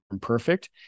perfect